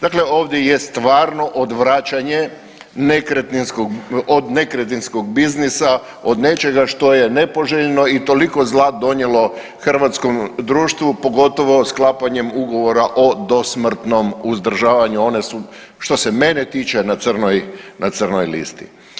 Dakle, ovdje je stvarno odvraćanje nekretninskog od nekretninskog biznisa od nečega što je nepoželjno i toliko zla donijelo hrvatskom društvu pogotovo sklapanjem ugovora o dosmrtnom uzdržavanju one su što se mene tiče na crnoj listi.